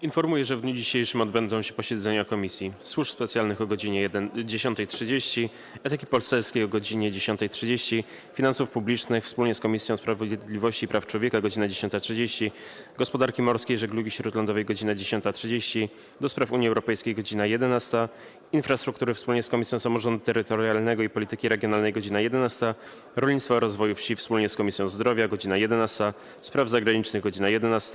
Informuję, że w dniu dzisiejszym odbędą się posiedzenia Komisji: - Służb Specjalnych - godz. 10.30, - Etyki Poselskiej - godz. 10.30, - Finansów Publicznych wspólnie z Komisją Sprawiedliwości i Praw Człowieka - godz. 10.30, - Gospodarki Morskiej i Żeglugi Śródlądowej - godz. 10.30, - do Spraw Unii Europejskiej - godz. 11, - Infrastruktury wspólnie z Komisją Samorządu Terytorialnego i Polityki Regionalnej - godz. 11, - Rolnictwa i Rozwoju Wsi wspólnie z Komisją Zdrowia - godz. 11, - Spraw Zagranicznych - godz. 11,